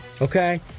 Okay